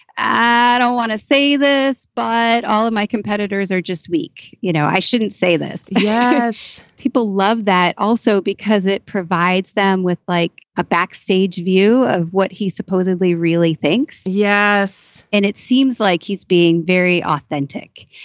i don't want to say this, but all of my competitors are just weak. you know, i shouldn't say this. yes. people love that also because it provides them with like a backstage view of what he supposedly really thinks. yes. and it seems like he's being very. tick.